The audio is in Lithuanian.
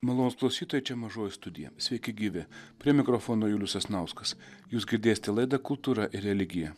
malonūs klausytojai čia mažoji studija sveiki gyvi prie mikrofono julius sasnauskas jūs girdėsite laidą kultūra ir religija